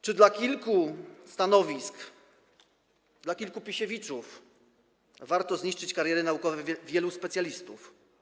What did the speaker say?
Czy dla kilku stanowisk dla kilku Pisiewiczów warto zniszczyć kariery naukowe wielu specjalistów?